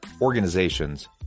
organizations